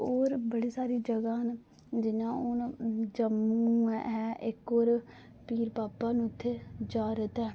और बडे सारे जगहां न जि'यां हून जम्मू ऐ इक होर पीर बाबा ना उत्थै जियारत ऐ